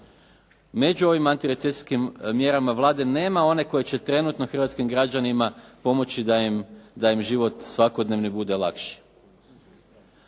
Među ovim antirecesijskim mjerama Vlade nema one koja će trenutno hrvatskim građanima pomoći da im život svakodnevni bude lakši.